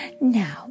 Now